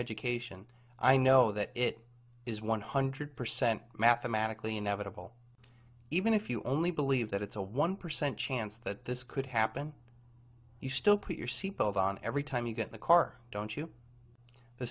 education i know that it is one hundred percent mathematically inevitable even if you only believe that it's a one percent chance that this could happen you still put your seatbelt on every time you get the car don't you the